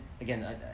Again